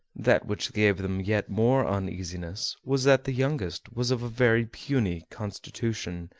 that which gave them yet more uneasiness was that the youngest was of a very puny constitution,